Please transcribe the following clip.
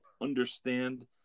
understand